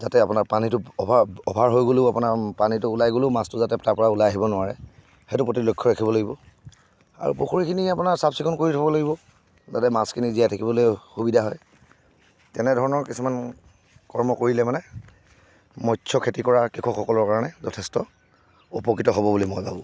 যাতে আপোনাৰ পানীটো অভাৰ অভাৰ হৈ গ'লেও আপোনাৰ পানীটো ওলাই গ'লেও মাছটো যাতে তাৰপৰা ওলাই আহিব নোৱাৰে সেইটো প্ৰতি লক্ষ্য ৰাখিব লাগিব আৰু পুখুৰীখিনি আপোনাৰ চাফ চিকুণ কৰি থ'ব লাগিব যাতে মাছখিনি জীয়াই থাকিবলৈ সুবিধা হয় তেনেধৰণৰ কিছুমান কৰ্ম কৰিলে মানে মৎস্য খেতি কৰা কৃষকসকলৰ কাৰণে যথেষ্ট উপকৃত হ'ব বুলি মই ভাবোঁ